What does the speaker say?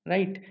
Right